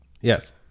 Yes